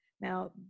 Now